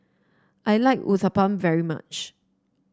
I like Uthapam very much